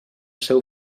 seu